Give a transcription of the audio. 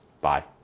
Bye